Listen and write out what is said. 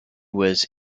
was